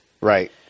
Right